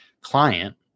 client